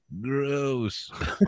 gross